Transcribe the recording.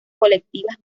colectivas